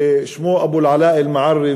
ושמו אבו אלעלאא' אלמערי,